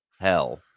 hell